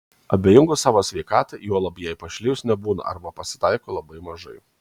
abejingų savo sveikatai juolab jai pašlijus nebūna arba pasitaiko labai mažai